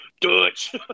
dutch